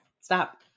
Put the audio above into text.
stop